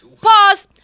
Pause